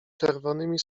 czerwonymi